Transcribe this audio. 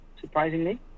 surprisingly